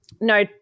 No